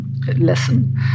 lesson